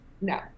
No